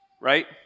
right